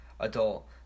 Adult